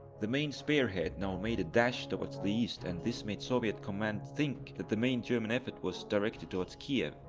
the main spearhead now made a dash towards the east and this made the soviet command think that the main german effort was directed towards kiev.